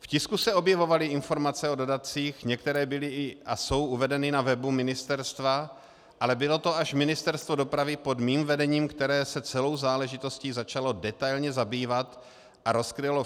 V tisku se objevovaly informace o dodatcích, některé byly a jsou uvedeny na webu ministerstva, ale bylo to až Ministerstvo dopravy pod mým vedením, které se celou záležitostí začalo detailně zabývat a rozkrylo